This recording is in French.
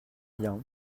bien